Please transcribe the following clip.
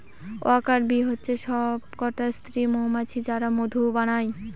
worker bee হচ্ছে সবকটা স্ত্রী মৌমাছি যারা মধু বানায়